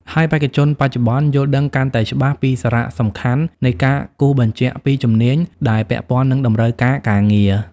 ហើយបេក្ខជនបច្ចុប្បន្នយល់ដឹងកាន់តែច្បាស់ពីសារៈសំខាន់នៃការគូសបញ្ជាក់ពីជំនាញដែលពាក់ព័ន្ធនឹងតម្រូវការការងារ។